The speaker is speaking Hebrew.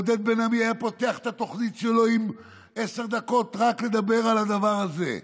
עודד בן-עמי היה פותח את התוכנית שלו ועשר דקות מדבר רק על הדבר הזה,